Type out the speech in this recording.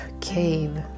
cave